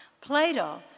Plato